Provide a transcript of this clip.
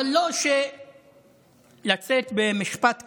אבל לא לצאת במשפט כזה.